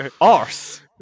Arse